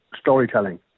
storytelling